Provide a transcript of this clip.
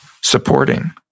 supporting